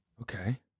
Okay